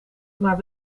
maar